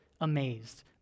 amazed